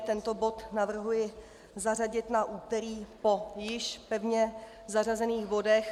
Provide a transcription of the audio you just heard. Tento bod navrhuji zařadit na úterý po již pevně zařazených bodech.